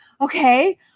okay